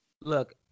Look